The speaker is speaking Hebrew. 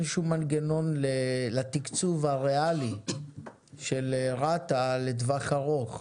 שום מנגנון לתקצוב הריאלי של רת"א לטווח ארוך.